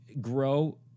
grow